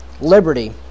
Liberty